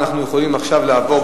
אנו יכולים לעבור,